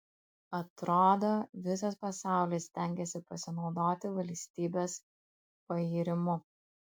atrodo visas pasaulis stengiasi pasinaudoti valstybės pairimu